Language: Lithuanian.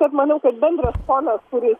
tad manau kad bendras fonas kuris